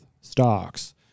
stocks